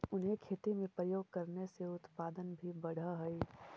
उन्हें खेती में प्रयोग करने से उत्पादन भी बढ़अ हई